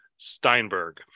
Steinberg